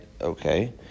Okay